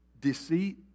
deceit